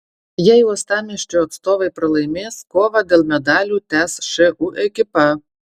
jei uostamiesčio atstovai pralaimės kovą dėl medalių tęs šu ekipa